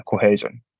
cohesion